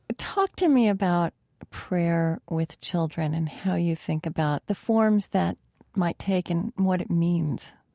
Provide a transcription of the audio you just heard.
ah talk to me about prayer with children and how you think about the forms that might take and what it means